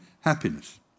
happiness